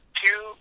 two